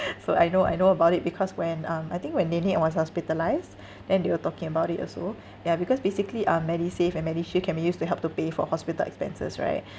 so I know I know about it because when um I think when nenek was hospitalised then they were talking about it also ya because basically um medisave and medishield can be used to help to pay for hospital expenses right